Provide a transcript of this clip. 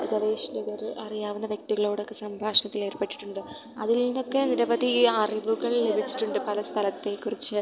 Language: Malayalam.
ഗവേഷകർ അറിയാവുന്ന വ്യക്തികളോടൊക്കെ സംഭാഷണത്തിൽ ഏർപ്പെട്ടിട്ടുണ്ട് അതിൽനിന്നൊക്കെ നിരവധി അറിവുകൾ ലഭിച്ചിട്ടുണ്ട് പല സ്ഥലത്തെക്കുറിച്ച്